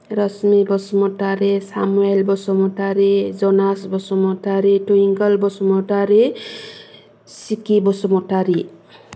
Rashmi Basumatary Samuel Basumatary Janas Basumatary Twinkle Basumatary Chiki Basumatary